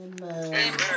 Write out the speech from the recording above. Amen